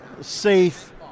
safe